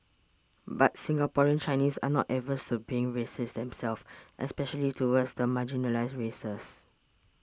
but Singaporean Chinese are not averse to being racist themselves especially towards the marginalised races